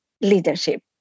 leadership